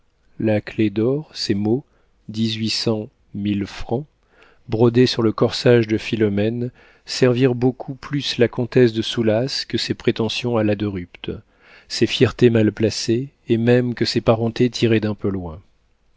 la clef d'or ces mots dix-huit cent mille francs brodés sur le corsage de philomène servirent beaucoup plus la comtesse de soulas que ses prétentions à la de rupt ses fiertés mal placées et même que ses parentés tirées d'un peu loin